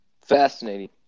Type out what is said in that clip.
Fascinating